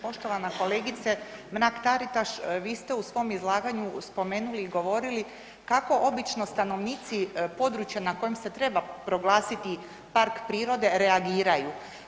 Poštovana kolegice Mrak-Taritaš, vi ste u svom izlaganju spomenuli i govorili kako obično stanovnici područja na kojem se treba proglasiti park prirode reagiraju.